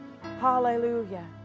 hallelujah